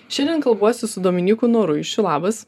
šiandien kalbuosi su dominyku noruišiu labas